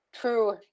true